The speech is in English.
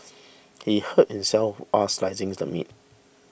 he hurt himself slicing the meat